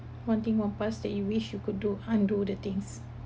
one thing of past that you wish you could do~ undo the things